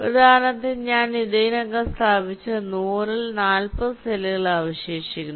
ഉദാഹരണത്തിന് ഞാൻ ഇതിനകം സ്ഥാപിച്ച 100 ൽ 40 സെല്ലുകൾ അവശേഷിക്കുന്നു